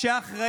שלא יהיו